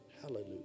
hallelujah